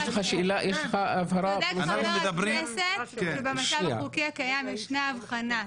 צודק חבר הכנסת שבמצב החוקי הקיים ישנה הבחנה,